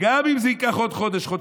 גם אם זה ייקח עוד חודש-חודשיים,